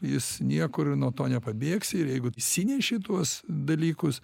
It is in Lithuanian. jis niekur nuo to nepabėgsi ir jeigu išsineši tuos dalykus